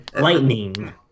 Lightning